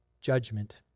judgment